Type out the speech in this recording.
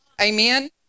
amen